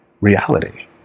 reality